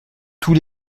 tous